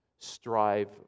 strive